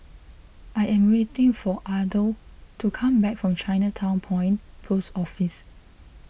I am waiting for Othel to come back from Chinatown Point Post Office